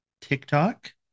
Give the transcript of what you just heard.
TikTok